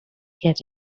get